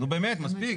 נו באמת, מספיק.